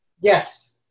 Yes